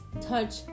touch